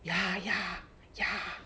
ya ya ya